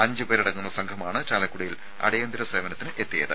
അഞ്ച് പേരടങ്ങുന്ന സംഘമാണ് ചാലക്കുടിയിൽ അടിയന്തര സേവനത്തിന് എത്തിയത്